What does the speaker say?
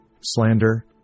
slander